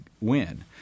win